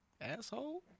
asshole